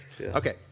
Okay